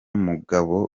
mugabo